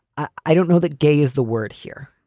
i don't know that gay is the word here.